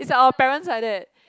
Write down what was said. is our parents like that